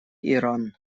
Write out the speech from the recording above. иран